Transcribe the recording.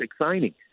signing